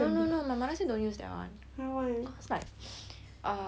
cause like err I also don't know what chemicals they use right